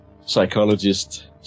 psychologist